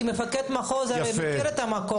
כמפקד מחוז אתה מכיר את המקום.